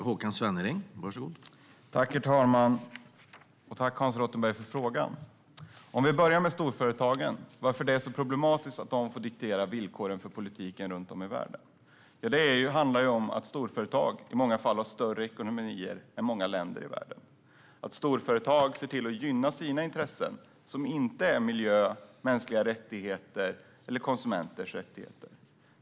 Herr talman! Jag tackar Hans Rothenberg för frågan. Låt oss börja med frågan om storföretagen och varför det är problematiskt att de får diktera villkoren för politiken runt om i världen. Storföretag har i många fall större ekonomier än många länder i världen. Storföretag ser till att gynna sina intressen, som inte är miljö, mänskliga rättigheter eller konsumenters rättigheter.